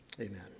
Amen